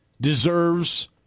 deserves